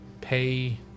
pay